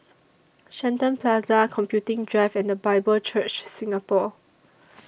Shenton Plaza Computing Drive and The Bible Church Singapore